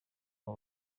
aba